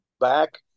back